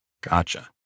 Gotcha